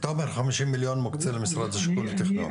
אתה אומר חמישים מיליון מוקצה למשרד השיכון והתכנון?